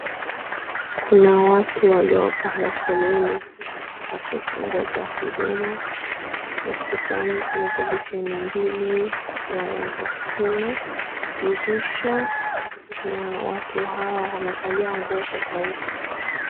Kuna watu waliyopanga foleni wakingoja huduma, ukutani kuna televisheni mbili, waya za stima dirisha na watu hao wamevalia nguo tofauti.